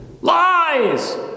Lies